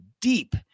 deep